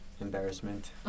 embarrassment